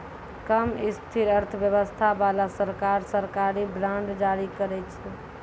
कम स्थिर अर्थव्यवस्था बाला सरकार, सरकारी बांड जारी करै छै